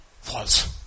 False